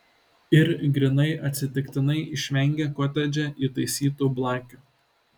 ir grynai atsitiktinai išvengė kotedže įtaisytų blakių